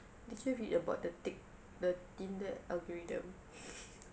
did you read about the tik~ the tinder algorithm